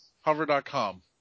Hover.com